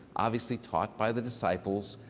obviously taught by the disciples,